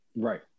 Right